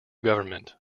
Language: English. government